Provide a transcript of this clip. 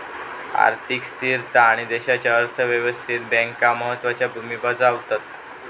आर्थिक स्थिरता आणि देशाच्या अर्थ व्यवस्थेत बँका महत्त्वाची भूमिका बजावतत